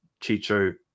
Chicho